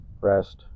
rest